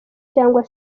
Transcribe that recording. cyangwa